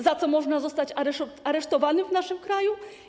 Za co można zostać aresztowanym w naszym kraju?